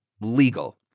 legal